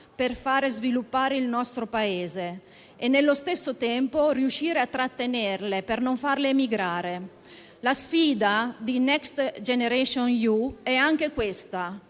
per far sviluppare il nostro Paese e nello stesso tempo riuscire a trattenerle, per non farle migrare. La sfida di *next* *generation* EU è soprattutto